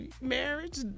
marriage